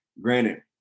granted